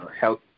health